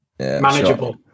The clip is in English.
Manageable